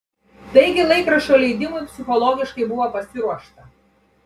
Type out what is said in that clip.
taigi laikraščio leidimui psichologiškai buvo pasiruošta